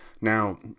Now